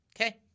Okay